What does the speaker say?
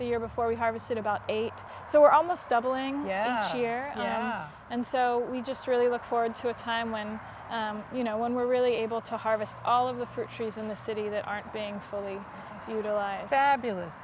the year before we harvested about eight so we're almost doubling yeah here and so we just really look forward to a time when you know when we're really able to harvest all of the fruit trees in the city that aren't being fully utilized in this fabulous